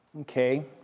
Okay